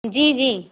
جی جی